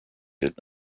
did